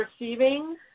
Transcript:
receiving